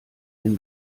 wenn